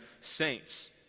saints